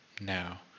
now